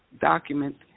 document